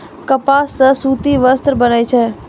कपास सॅ सूती वस्त्र बनै छै